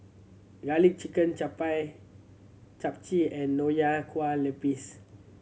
Garlic Chicken chap Chap Chai and Nonya Kueh Lapis